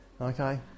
Okay